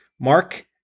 Mark